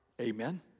Amen